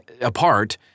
apart